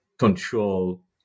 control